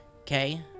Okay